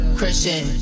Christian